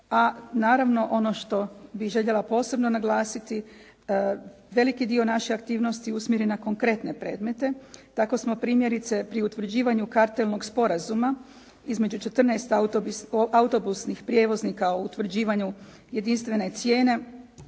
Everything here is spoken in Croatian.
a naravno ono što bih željela posebno naglasiti veliki dio naše aktivnosti usmjeren je na konkretne predmete. Tako smo primjerice pri utvrđivanju kartelnog sporazuma između 14 autobusnih prijevoznika o utvrđivanju jedinstvene cijene